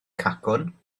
cacwn